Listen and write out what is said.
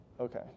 Okay